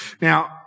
Now